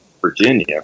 Virginia